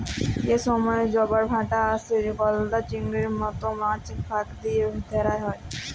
যে সময়ে জবার ভাঁটা আসে, গলদা চিংড়ির মত মাছ ফাঁদ দিয়া ধ্যরা হ্যয়